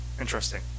Interesting